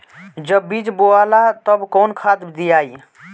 जब बीज बोवाला तब कौन खाद दियाई?